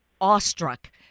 awestruck